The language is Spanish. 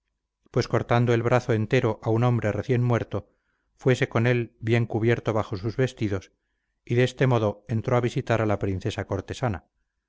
pues cortando el brazo entero a un hombre recién muerto fuese con él bien cubierto bajo sus vestidos y de este modo entró a visitar a la princesa cortesana